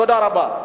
תודה רבה.